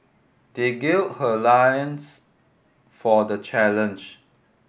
they gird her lions for the challenge